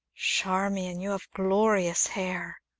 charmian, you have glorious hair!